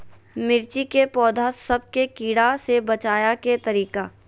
मिर्ची के पौधा सब के कीड़ा से बचाय के तरीका?